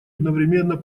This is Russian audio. одновременно